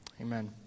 Amen